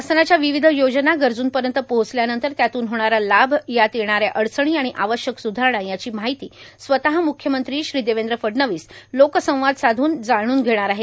शासनाच्या विविध योजना गरजूंपर्यंत पोहचल्यानंतर त्यातून होणारा लाभ त्यात येणाऱ्या अडचणी आणि आवश्यक सुधारणा याची माहिती स्वत म्ख्यमंत्री देवेंद्र फडणवीस लोक संवाद साधून जाणून घेणार आहेत